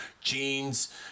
jeans